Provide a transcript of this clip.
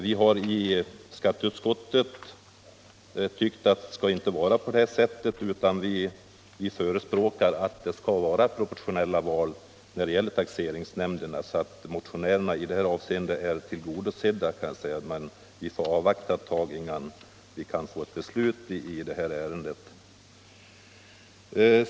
Vi har i skatteutskottet tyckt att det inte skall vara på det här sättet utan vi förespråkar proportionella val till taxeringsnämnderna. Man kan alltså säga att motionärernas önskemål är tillgodosedda i det här avseendet, men det kanske dröjer ett tag innan det blir ett beslut i det här ärendet.